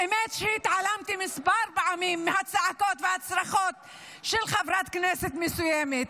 האמת היא שהתעלמתי כמה פעמים מהצעקות והצרחות של חברת כנסת מסוימת,